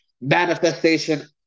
manifestation